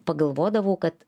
pagalvodavau kad